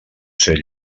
ser